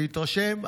להתרשם,